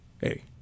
hey